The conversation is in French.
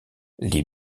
les